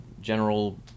General